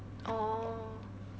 orh